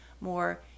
more